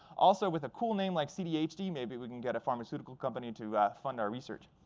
also, with a cool name like cdhd, maybe we can get a pharmaceutical company to fund our research.